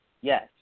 Yes